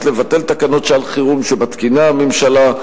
לבטל תקנות שעת-חירום שמתקינה הממשלה.